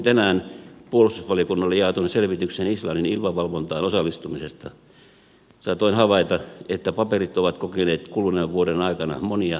kun luin tänään puolustusvaliokunnalle jaetun selvityksen islannin ilmavalvontaan osallistumisesta saatoin havaita että paperit ovat kokeneet kuluneen vuoden aikana monia muodonmuutoksia